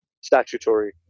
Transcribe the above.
statutory